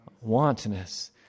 Wantonness